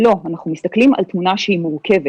לא, אנחנו מסתכלים על תמונה שהיא מורכבת.